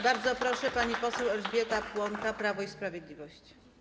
Bardzo proszę, pani poseł Elżbieta Płonka, Prawo i Sprawiedliwość.